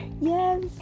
Yes